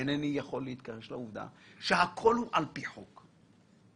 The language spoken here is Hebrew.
אינני יכול להתכחש לעובדה - שהכל על פי חוק,